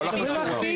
הוא הלך לשירותים.